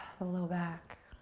the low back.